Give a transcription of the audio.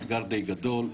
אתגר די גדול.